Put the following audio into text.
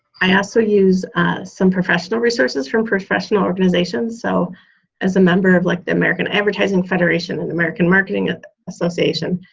i also use some professional resources from professional organizations. so as a member of like the american advertising federation and american marketing association,